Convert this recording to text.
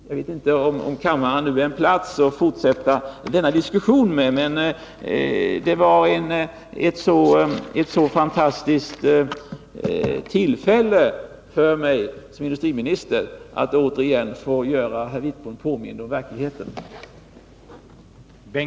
Jag vet inte om denna kammare är rätta platsen att fortsätta den här diskussionen, men det var ett så fantastiskt tillfälle för mig som industriminister att återigen få göra herr Wittbom påmind om verkligheten.